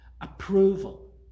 approval